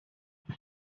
the